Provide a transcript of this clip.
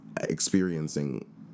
experiencing